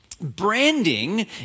Branding